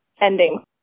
ending